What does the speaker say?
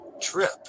trip